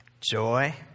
joy